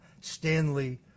Stanley